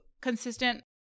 consistent